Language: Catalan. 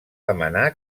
demanar